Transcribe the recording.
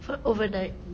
overnight